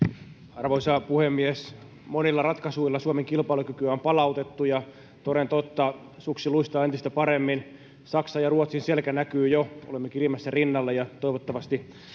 arvoisa puhemies monilla ratkaisuilla suomen kilpailukykyä on palautettu ja toden totta suksi luistaa entistä paremmin saksan ja ruotsin selkä näkyy jo olemme kirimässä rinnalle ja toivottavasti